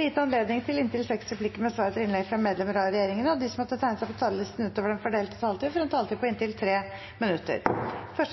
gitt anledning til inntil seks replikker med svar etter innlegg fra medlemmer av regjeringen, og de som måtte tegne seg på talerlisten utover den fordelte taletid, får også en taletid på inntil 3 minutter. Takk